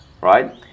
right